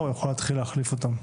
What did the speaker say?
הוא יוכל להתחיל להחליף אותם.